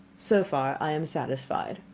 so far i am satisfied.